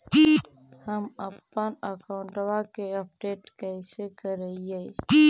हमपन अकाउंट वा के अपडेट कैसै करिअई?